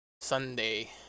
Sunday